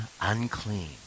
unclean